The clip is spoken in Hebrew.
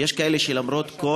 כל